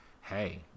hey